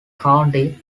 county